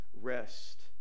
rest